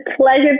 pleasure